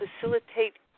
facilitate